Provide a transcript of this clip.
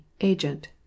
Agent